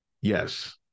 Yes